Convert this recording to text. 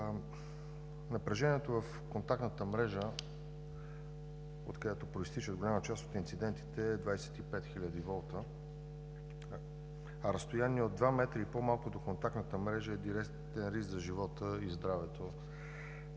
Напрежението в контактната мрежа, от която произтичат голяма част от инцидентите, е 25 хиляди волта, а разстояние от два метра и по-малко до контактната мрежа е с директен риск за живота и здравето